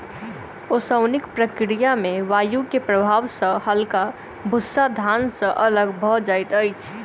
ओसौनिक प्रक्रिया में वायु के प्रभाव सॅ हल्का भूस्सा धान से अलग भअ जाइत अछि